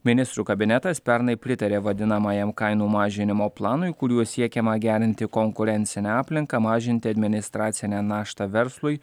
ministrų kabinetas pernai pritarė vadinamajam kainų mažinimo planui kuriuo siekiama gerinti konkurencinę aplinką mažinti administracinę naštą verslui